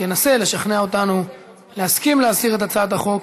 ינסה לשכנע אותנו להסכים להסיר את הצעת החוק,